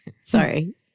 Sorry